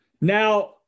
Now